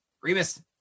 remus